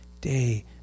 day